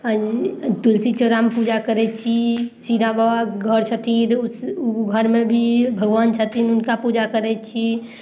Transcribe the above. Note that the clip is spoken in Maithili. अऽ तुलसी चौड़ामे पूजा करय छी चीरा बाबाके घर छथिन उ उ घरमे भी भगवान छथिन हुनका पूजा करय छी